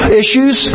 issues